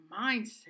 mindset